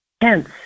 Hence